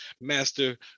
master